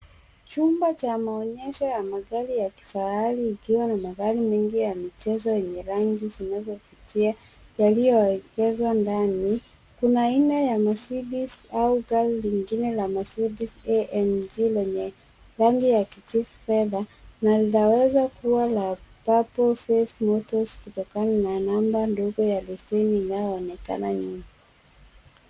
Chumba cha maonyesho ya magari ya kifahari ikiwa na magari mengi ya michezo yenye rangi zinazovutia, yaliyoegeshwa ndani. Kuna aina ya mercedes au gari lingine la mercedes amg lenye, rangi ya kijivu fedha na linaweza kuwa la Purple faced motors kutokana na namba ndogo ya leseni inayoonekana nyuma.